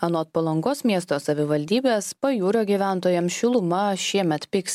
anot palangos miesto savivaldybės pajūrio gyventojams šiluma šiemet pigs